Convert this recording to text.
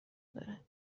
داره